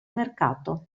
mercato